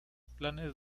planes